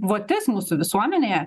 votis mūsų visuomenėje